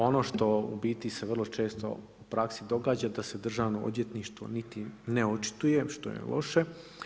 Ono što u biti se vrlo često u praksi događa da se Državno odvjetništvo niti ne očituje što je loše.